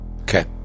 Okay